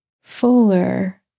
fuller